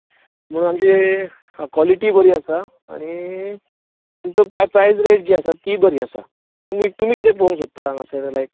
आमगे कॉलिटीय बरी आसा आनी प्रायस रेट जी आसा तीवूय बरी आसा तुमी कितें पळोवंक सोदता हांगासर लायक